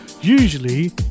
usually